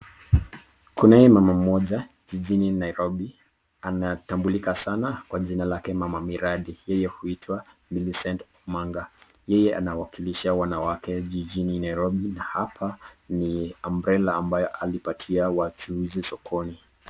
Kunaye mama mmoja, jijini Nairobi, anatambulika sana kwa jina lake mama miradi. Yeye huitwa Milicent Omanga. Yeye anawakilisha wanawake jijini Nairobi na hapa ni umbrella ambayo alipatia wachuuzi sokoni.